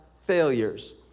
failures